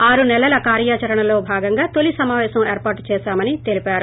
ఆరు నెలల్ కార్వచరణలో భాగంగా తొలి సమాపేశం ఏర్పాటు చేశామని తెలిపారు